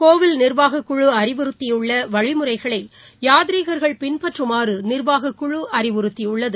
கோவில் நிர்வாகக்குழுஅறிவுறுத்தியுள்ளவழிமுறைகளையாத்ரீகர்கள் பின்பற்றுமாறுநிர்வாகக்குழுஅறிவுறுத்தியுள்ளது